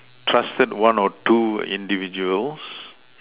trusted one or two individuals